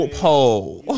pole